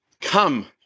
come